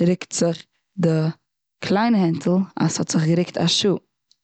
רוקט זיך די קליינע הענטל אז ס'האט זיך גערוקט א שעה.